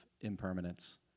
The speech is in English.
impermanence